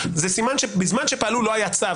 סימן שבזמן שפעלו לא היה צו,